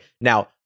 Now